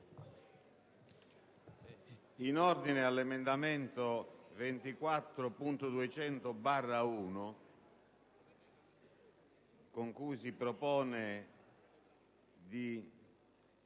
In ordine all'emendamento 24.200/1, con il quale si propone di